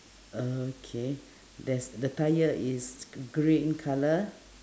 okay there's the tire is green colour